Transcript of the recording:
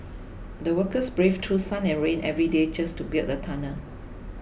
the workers braved through sun and rain every day just to build the tunnel